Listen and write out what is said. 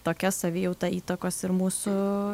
tokia savijauta įtakos ir mūsų